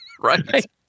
Right